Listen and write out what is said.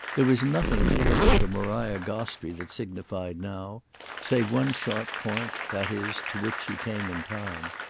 there was nothing clearly for maria gostrey that signified now save one sharp point, that is, to which she came in time.